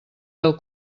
del